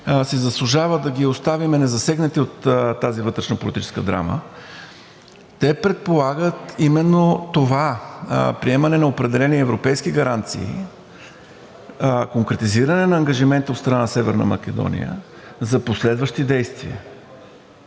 си заслужава да ги оставим незасегнати от тази вътрешнополитическа драма, те предполагат именно това – приемане на определени европейски гаранции, конкретизиране на ангажимента от страна на Северна Македония за последващи действия.